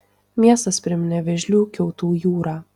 miestas priminė vėžlių kiautų jūrą